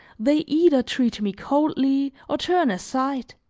they either treat me coldly, or turn aside,